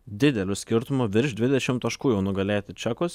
dideliu skirtumu virš dvidešim taškų jau nugalėti čekus